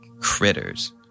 critters